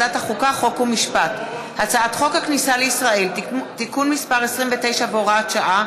(תיקון, תוספת ותק לקצבת זקנה),